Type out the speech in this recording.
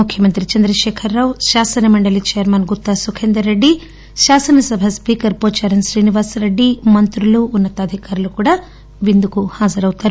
ముఖ్యమంత్రి చంద్రశేఖరరావు శాసన మండలి చైర్మన్ గుత్తా సుఖేందర్ రెడ్డి శాసనసభ స్పీకర్ వోచారం శ్రీనివాసరెడ్డి మంత్రులు ఉన్న తాధికారులు కూడా విందుకు హాజరౌతారు